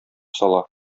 сала